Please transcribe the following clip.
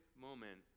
moment